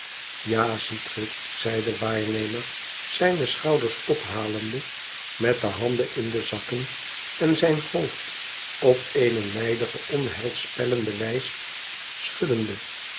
ja ziet ge zei de waarnemer zijne schouders ophalende met de handen in de zakken en zijn hoofd op eene nijdige onheilspellende wijs schuddende